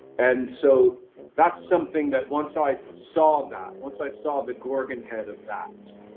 and so that's something that once i saw that, once i saw the gorgon head of that,